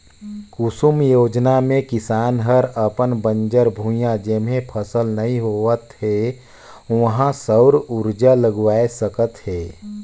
कुसुम योजना मे किसान हर अपन बंजर भुइयां जेम्हे फसल नइ होवत हे उहां सउर उरजा लगवाये सकत हे